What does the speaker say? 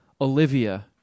Olivia